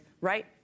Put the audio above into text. right